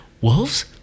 wolves